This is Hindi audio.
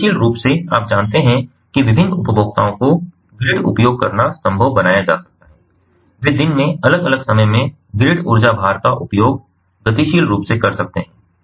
इसलिए गतिशील रूप से आप जानते हैं कि विभिन्न उपभोक्ताओं का ग्रिड उपयोग करना संभव बनाया जा सकता है वे दिन में अलग अलग समय में ग्रिड ऊर्जा भार का उपयोग गतिशील रूप से कर सकते हैं